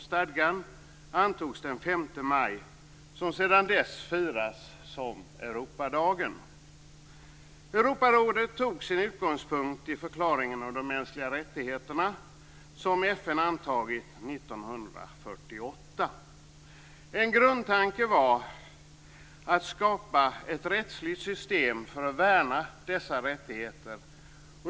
Stadgan antogs den 5 maj, som sedan dess firas som Europadagen. Europarådet tog sin utgångspunkt i förklaringen om de mänskliga rättigheterna, som FN antagit 1948. En grundtanke var att skapa ett rättsligt system för att värna dessa rättigheter.